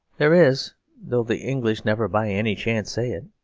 there is though the english never by any chance say it.